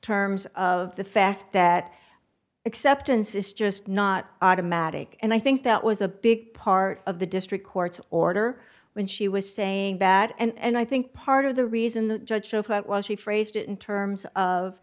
terms of the fact that acceptance is just not automatic and i think that was a big part of the district court order when she was saying that and i think part of the reason the judge show while she phrased it in terms of